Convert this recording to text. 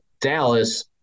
Dallas